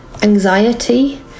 anxiety